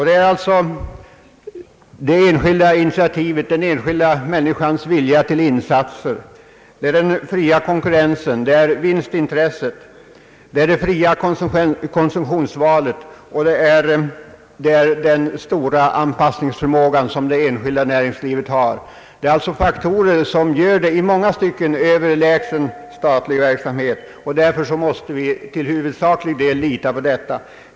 Det är alltså det enskilda initiativet, den enskilda människans vilja till insatser, den fria konkurrensen, vinstintresset, det fria konsumtionsvalet och den stora anpassningsförmåga, som det enskilda näringslivet har, som skapar denna konkurrenskraft. Detta är alltså faktorer som gör det i många stycken överlägset statlig verksamhet. Vi måste till huvudsaklig del lita på detta.